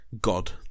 god